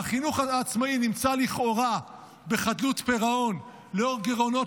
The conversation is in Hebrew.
והחינוך העצמאי נמצא לכאורה בחדלות פירעון לאור גירעונות